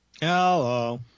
Hello